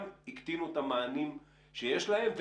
הקטינו את המענים שיש להם,